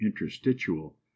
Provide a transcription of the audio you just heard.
interstitial